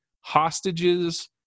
hostages